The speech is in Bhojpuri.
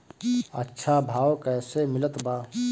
अच्छा भाव कैसे मिलत बा?